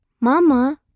Mama